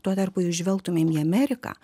tuo tarpu jei žvelgtumėm į ameriką